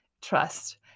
trust